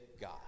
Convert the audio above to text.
god